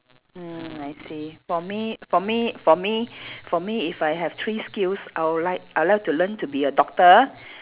mm I see for me for me for me for me if I have three skills I would like I would like to learn to be a doctor